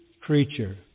creature